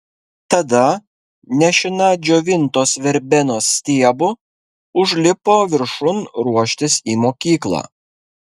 tada nešina džiovintos verbenos stiebu užlipo viršun ruoštis į mokyklą